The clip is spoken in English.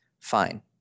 Fine